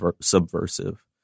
subversive